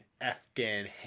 Afghan